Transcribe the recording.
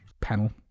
Panel